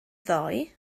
ddoe